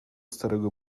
starego